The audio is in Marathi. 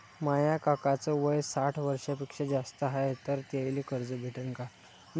माया काकाच वय साठ वर्षांपेक्षा जास्त हाय तर त्याइले कर्ज भेटन का?